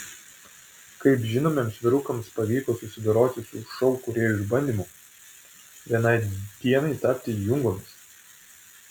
kaip žinomiems vyrukams pavyko susidoroti su šou kūrėjų išbandymu vienai dienai tapti jungomis